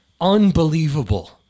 Unbelievable